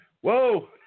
Whoa